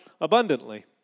abundantly